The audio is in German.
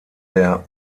der